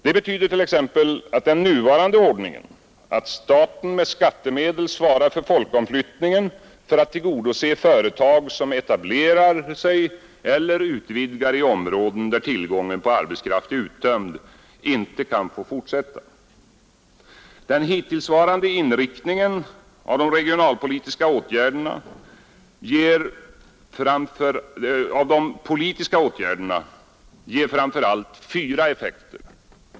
Det betyder t.ex. att den nuvarande ordningen, att staten med skattemedel svarar för folkomflyttningen för att tillgodose företag som etablerar sig eller utvidgar verksamheten i områden där tillgången på arbetskraft är uttömd, inte kan få fortsätta. Den hittillsvarande inriktningen av de politiska åtgärderna ger framför allt fyra effekter.